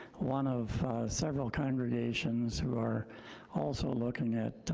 one of several congregations who are also looking at